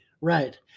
Right